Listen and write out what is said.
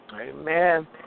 Amen